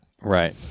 Right